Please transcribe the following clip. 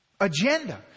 agenda